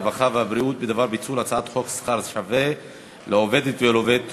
הרווחה והבריאות בדבר פיצול הצעת חוק שכר שווה לעובדת ולעובד (תיקון,